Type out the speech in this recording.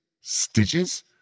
stitches